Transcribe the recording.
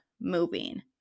moving